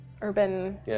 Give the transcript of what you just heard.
urban